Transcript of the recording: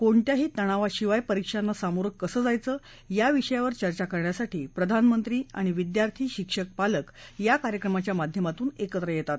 कोणत्याही तणावाशिवाय परीक्षांना सामोरं कसं जायचं या विषयावर चर्चा करण्यासाठी प्रधानमंत्री आणि विद्यार्थी शिक्षक पालक या कार्यक्रमाच्या माध्यमातून एकत्र येतात